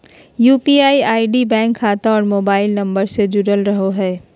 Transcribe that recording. UPI ID bank खाता और mobile number से से जुरल रहो हइ